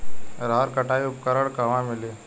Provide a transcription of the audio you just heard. रहर कटाई उपकरण कहवा मिली?